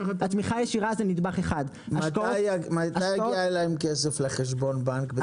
התמיכה ישירה זה נדבך אחד --- מתי יגיע אליהם כסף לחשבון בנק?